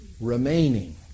remaining